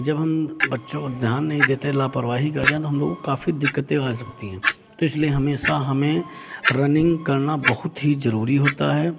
जब हम बच्चों ध्यान नहीं देते लापरवाही कर जाए तो हमको काफ़ी दिक्कतें रह सकती हैं तो इसलिए हमेशा हमें रनिंग करना बहुत ही ज़रूरी होता है